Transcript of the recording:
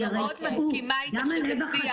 אני מאוד מסכימה איתך שזה שיח